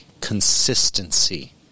consistency